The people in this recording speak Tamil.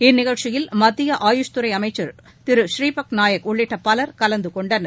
இந்நிகழ்ச்சியில் மத்திய ஆயுஷ் துறை அமைச்சர் திரு பழீபத் நாயக் உள்ளிட்ட பலர் கலந்து கொண்டனர்